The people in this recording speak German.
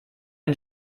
den